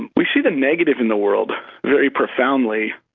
and we see the negative in the world very profoundly.